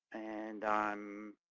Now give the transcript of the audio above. and i'm